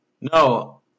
No